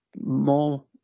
more